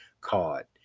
card